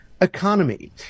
economy